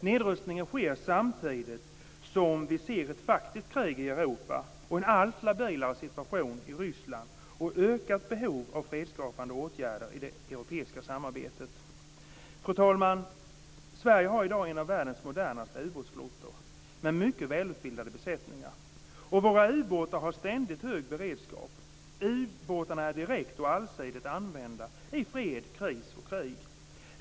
Nedrustningen sker samtidigt som vi ser ett faktiskt krig i Europa och en allt labilare situation i Ryssland samt ökat behov av fredsskapande åtgärder i det europeiska samarbetet. Fru talman! Sverige har i dag en av världens modernaste ubåtsflottor med mycket välutbildade besättningar. Våra ubåtar har ständigt hög beredskap. Ubåtarna används direkt och allsidigt i fred, kris och krig.